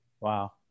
Wow